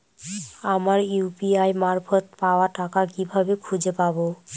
আমার ইউ.পি.আই মারফত পাওয়া টাকা কিভাবে খুঁজে পাব?